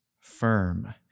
firm